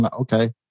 Okay